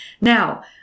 Now